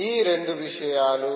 కాబట్టి ఈ రెండు విషయాలు